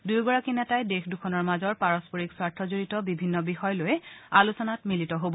দুয়োগৰাকী নেতাই দেশ দুখনৰ মাজৰ পাৰস্পৰিক স্বাৰ্থজড়িত বিভিন্ন বিষয় লৈ আলোচনাত মিলিত হব